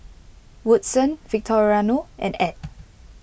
Woodson Victoriano and Add